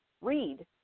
read